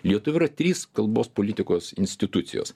lietuvių yra trys kalbos politikos institucijos